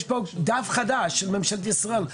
יש פה דף חדש של ממשלת ישראל,